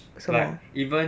为什么